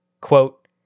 Quote